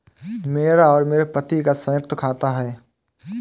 मेरा और मेरे पति का संयुक्त खाता है